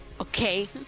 Okay